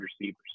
receivers